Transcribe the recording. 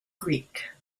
greek